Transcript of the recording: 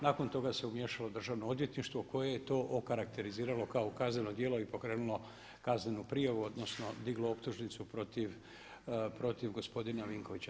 Nakon toga se umiješalo Državno odvjetništvo koje je to okarakteriziralo kao kazneno djelo i pokrenulo kaznenu prijavu, odnosno diglo optužnicu protiv gospodina Vinkovića.